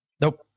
Nope